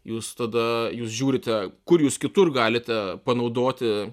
jūs tada jūs žiūrite kur jūs kitur galite panaudoti